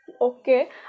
Okay